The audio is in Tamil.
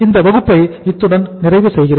இந்த வகுப்பை இத்துடன் நிறைவு செய்கிறேன்